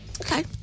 Okay